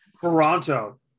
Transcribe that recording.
Toronto